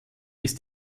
ist